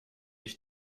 ich